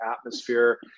atmosphere